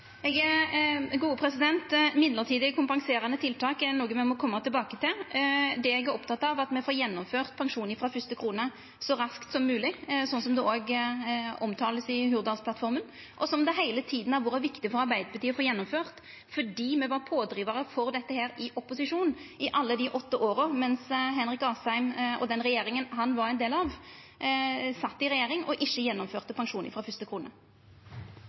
kompenserande tiltak er noko me må koma tilbake til. Det eg er oppteken av, er at me får gjennomført pensjon frå fyrste krone så raskt som mogleg, noko som òg vert omtalt i Hurdalsplattforma, og som det heile tida har vore viktig for Arbeidarpartiet å få gjennomført, fordi me var pådrivarar for dette i opposisjon i alle dei åtte åra Henrik Asheim og regjeringa han var ein del av, ikkje gjennomførte pensjon frå fyrste krone.